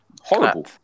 Horrible